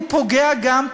הוא פוגע גם,